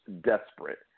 desperate